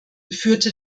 führte